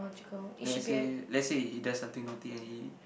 let's say let's say he does something naughty and he